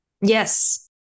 Yes